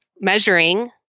measuring